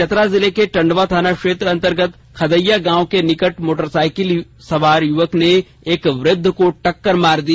चतरा जिले के टंडवा थाना क्षेत्र अंतर्गत खदैया गांव के निकट मोटरसाईकिल युवक ने एक वृद्ध को टक्कर मार दी